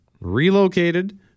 relocated